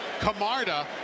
Camarda